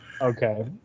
Okay